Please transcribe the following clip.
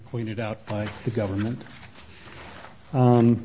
pointed out by the government